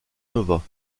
nova